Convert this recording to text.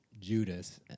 Judas